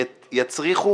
יצריכו